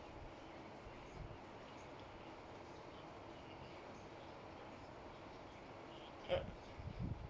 mm